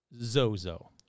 Zozo